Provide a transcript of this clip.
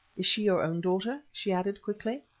is she your own daughter? she added, quickly.